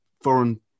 foreign